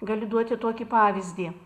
galiu duoti tokį pavyzdį